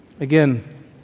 Again